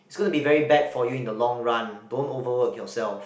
it's going to be very bad for you in the long run don't overwork yourself